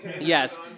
Yes